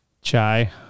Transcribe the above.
Chai